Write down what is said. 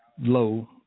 low